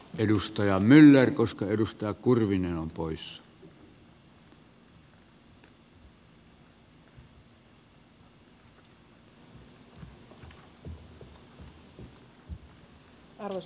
edustaja myller koska edustaa kuin arvoisa puhemies